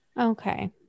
Okay